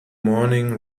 morning